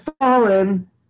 fallen